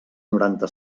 noranta